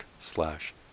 slash